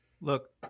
Look